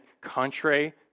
contrary